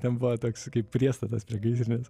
ten buvo toks kaip priestatas prie gaisrinės